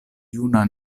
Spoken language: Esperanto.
juna